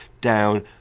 down